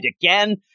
again